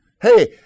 Hey